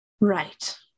Right